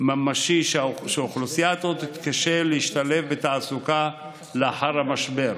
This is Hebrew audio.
ממשי שאוכלוסייה זו תתקשה להשתלב בתעסוקה לאחר המשבר.